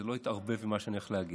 שזה לא יתערבב עם מה שאני הולך להגיד.